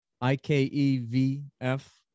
I-K-E-V-F